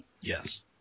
Yes